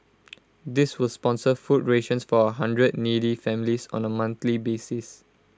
this will sponsor food rations for A hundred needy families on A monthly basis